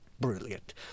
brilliant